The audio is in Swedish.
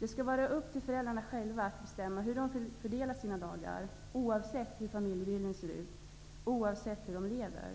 Det skall vara upp till föräldrarna att själva bestämma fördelningen av sina dagar, oavsett hur familjebildningen ser ut och oavsett hur föräldrarna lever.